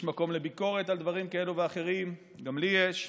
יש מקום לביקורת על דברים כאלה ואחרים, גם לי יש,